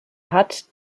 hat